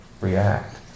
react